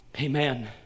Amen